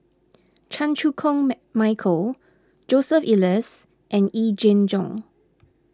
Chan Chew Koon Michael Joseph Elias and Yee Jenn Jong